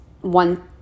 one